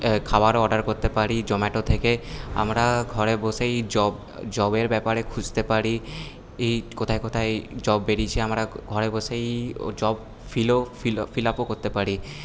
খাবারও অর্ডার করতে পারি জোম্যাটো থেকে আমরা ঘরে বসেই জব জবের ব্যাপারে খুঁজতে পারি এই কোথায় কোথায় জব বেরিয়েছে আমরা ঘরে বসেই জব ফিলও ফিল আপও করতে পারি